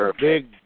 Big